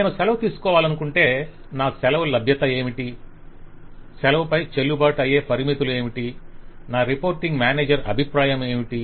నేను సెలవు తీసుకోవాలనుకుంటే నా సెలవు లభ్యత ఏమిటి సెలవుపై చెల్లుబాటు అయ్యే పరిమితులు ఏమిటి నా రిపోర్టింగ్ మేనేజర్ అభిప్రాయం ఏమిటి